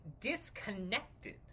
disconnected